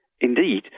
indeed